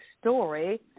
story